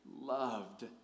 loved